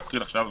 להתחיל עכשיו